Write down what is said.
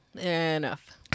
Enough